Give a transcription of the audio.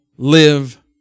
Live